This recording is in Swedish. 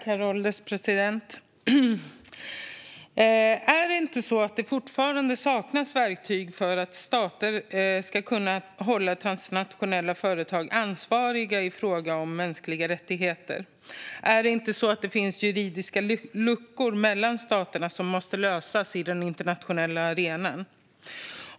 Herr ålderspresident! Är det inte så att det saknas verktyg för stater att hålla transnationella företag ansvariga i fråga om mänskliga rättigheter? Är det inte så att det finns juridiska luckor mellan staterna som måste lösas på den internationella arenan?